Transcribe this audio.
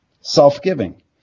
self-giving